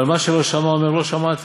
ועל מה שלא שמע אומר לא שמעתי,